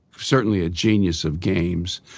certainly a genius of games.